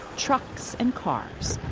trucks and cars.